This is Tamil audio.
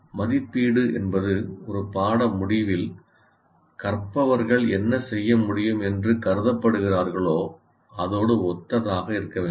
மதிப்பீடு என்பது ஒரு பாட முடிவில் கற்பவர்கள் என்ன செய்ய முடியும் என்று கருதப்படுகிறார்களோ அதோடு ஒத்ததாக இருக்க வேண்டும்